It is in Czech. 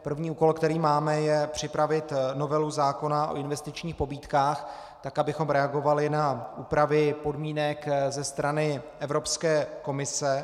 První úkol, který máme, je připravit novelu zákona o investičních pobídkách tak, abychom reagovali na úpravy podmínek ze strany Evropské komise.